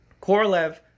Korolev